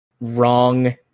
wrong